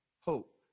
hope